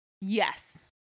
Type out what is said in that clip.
Yes